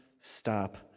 stop